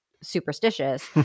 superstitious